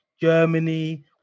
Germany